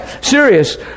Serious